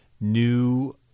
new